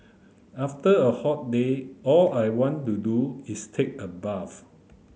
after a hot day all I want to do is take a bath